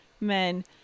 men